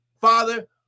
Father